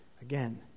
Again